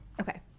Okay